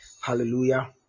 Hallelujah